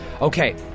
Okay